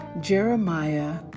Jeremiah